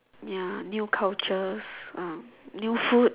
ya new cultures um new food